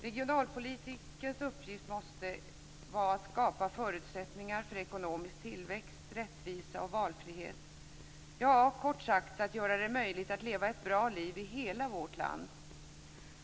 Regionalpolitikens uppgift måste vara att skapa förutsättningar för ekonomisk tillväxt, rättvisa och valfrihet, ja, kort sagt att göra det möjligt att leva ett bra liv i hela vårt land.